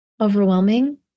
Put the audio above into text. overwhelming